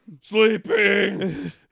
sleeping